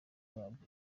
babwo